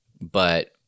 but-